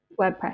wordpress